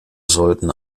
sollten